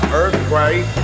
earthquake